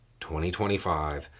2025